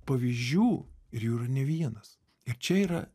pavyzdžių ir jų yra ne vienas ir čia yra